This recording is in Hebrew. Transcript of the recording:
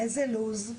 באיזה לוח זמנים?